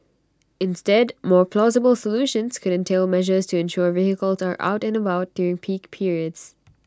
instead more plausible solutions could entail measures to ensure vehicles are out and about during peak periods